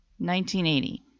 1980